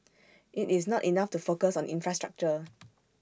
IT is not enough to focus on infrastructure